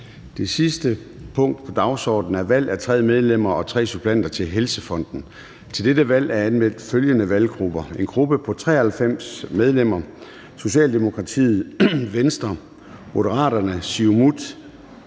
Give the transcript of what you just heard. Det sidste punkt på dagsordenen er: 11) Valg af 3 medlemmer og 3 suppleanter til Helsefonden. Kl. 23:45 Formanden (Søren Gade): Til dette valg er anmeldt følgende valggrupper: en gruppe på 93 medlemmer: Socialdemokratiet, Venstre, Moderaterne, Siumut